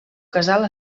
casal